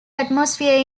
atmosphere